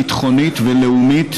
ביטחונית ולאומית,